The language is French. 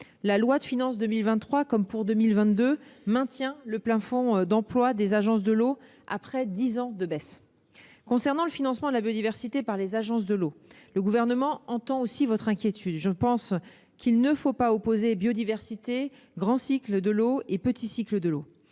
la loi de finances pour 2023 maintient, comme pour 2022, le plafond d'emplois des agences de l'eau, après dix ans de baisse. Concernant le financement de la biodiversité par les agences de l'eau, le Gouvernement entend aussi votre inquiétude. Je pense qu'il ne faut pas opposer biodiversité, grand cycle de l'eau et petit cycle de l'eau.